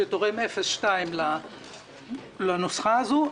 שתורם 0.2% לנוסחה הזה.